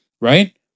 Right